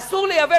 אסור לייבא,